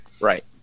Right